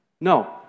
No